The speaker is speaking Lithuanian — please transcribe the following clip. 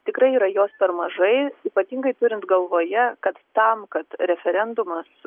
tikrai yra jos per mažai ypatingai turint galvoje kad tam kad referendumas